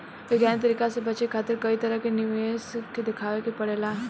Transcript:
वैज्ञानिक तरीका से बचे खातिर कई तरह के निवेश देखावे के पड़ेला